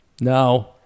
No